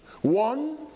one